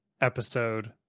episode